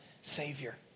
savior